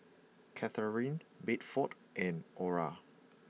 Catharine Bedford and Ora